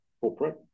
corporate